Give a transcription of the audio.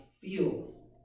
feel